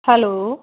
hello